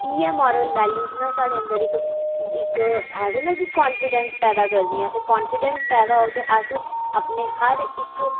इ'यै moral values न साढ़े अन्दर इक इक आखदे ना कॉन्फिडेंस पैदा करदियां ते कॉन्फिडेंस पैदा होग ते अस अपने हर इक